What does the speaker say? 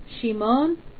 Shimon